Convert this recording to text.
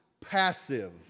passive